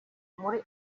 muri